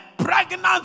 pregnant